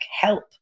help